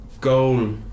goal